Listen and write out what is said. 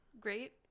Great